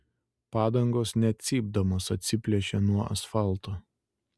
padangos net cypdamos atsiplėšė nuo asfalto